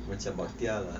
macam bakhtiar lah